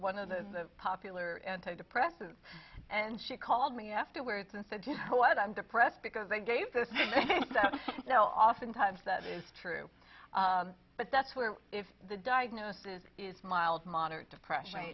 one of the popular antidepressants and she called me afterwards and said you know i'm depressed because i gave this so often times that is true but that's where if the diagnosis is mild moderate depression